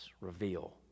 reveal